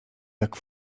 jak